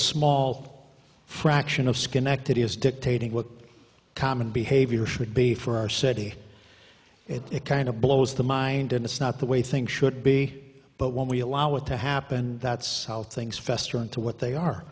small fraction of schenectady is dictating what common behavior should be for our city it kind of blows the mind and it's not the way things should be but when we allow it to happen that's how things fester into what they are